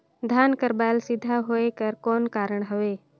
धान कर बायल सीधा होयक कर कौन कारण हवे?